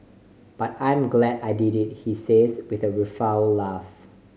but I'm glad I did it he says with a rueful laugh